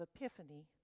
epiphany